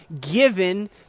given